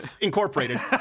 Incorporated